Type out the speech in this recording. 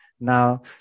now